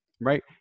right